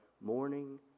morning